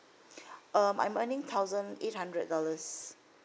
um I'm earning thousand eight hundred dollars